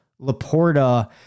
Laporta